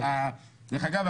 דרך אגב,